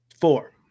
Four